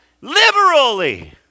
liberally